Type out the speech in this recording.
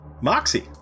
Moxie